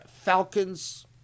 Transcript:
falcons